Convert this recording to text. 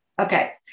Okay